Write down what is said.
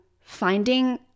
finding